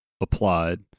applied